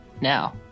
Now